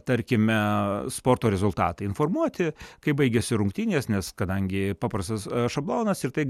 tarkime sporto rezultatai informuoti kai baigiasi rungtynės nes kadangi paprastas šablonas ir tai